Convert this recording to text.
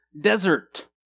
desert